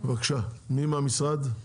בבקשה, מי מהמשרד?